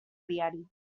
diari